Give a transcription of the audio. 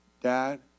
Dad